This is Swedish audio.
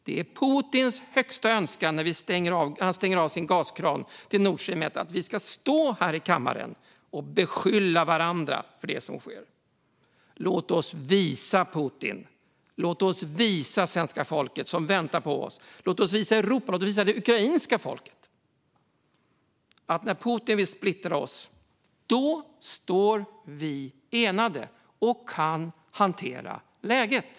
Det är Putins högsta önskan när han stänger av sin gaskran till Nord Stream 1 att vi ska stå här i kammaren och beskylla varandra för det som sker. Låt oss visa Putin, svenska folket, Europa och det ukrainska folket att när Putin vill splittra oss står vi enade och kan hantera läget.